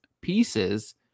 Pieces